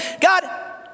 God